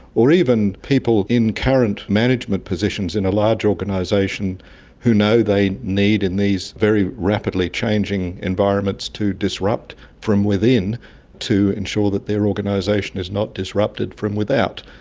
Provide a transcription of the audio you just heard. or even people in current management positions in a large organisation who know they need in these very rapidly changing environments to disrupt from within to ensure that their organisation is not disrupted from without.